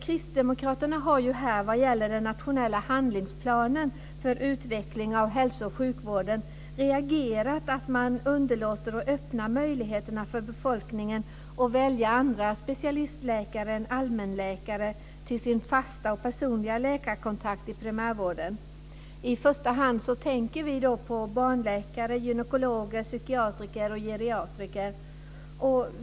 Kristdemokraterna har när det gäller den nationella handlingsplanen för utveckling av hälso och sjukvården reagerat över att man underlåter att öppna möjligheterna för befolkningen att välja andra specialistläkare än allmänläkare till sin fasta och personliga läkarkontakt i primärvården. I första hand tänker vi då på barnläkare, gynekologer, psykiatriker och geriatriker.